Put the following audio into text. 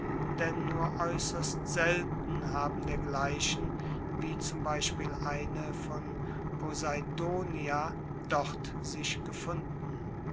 denn nur aeusserst selten haben dergleichen wie zum beispiel eine von poseidonia dort sich gefunden